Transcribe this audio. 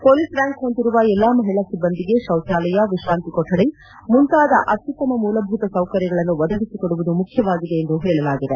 police rank ಹೊಂದಿರುವ ಎಲ್ಲಾ ಮಹಿಳಾ ಸಿಬ್ಬಂದಿಗೆ ತೌಜಾಲಯ ವಿಶಾಂತಿ ಕೊಠಡಿ ಮುಂತಾದ ಅತ್ಯುತ್ತಮ ಮೂಲಭೂತ ಸೌಕರ್ಯಗಳನ್ನು ಒದಗಿಸಿಕೊಡುವುದು ಮುಖ್ಯವಾಗಿದೆ ಎಂದು ಪೇಳಲಾಗಿದೆ